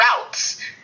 routes